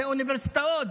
זה אוניברסיטאות,